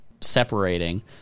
separating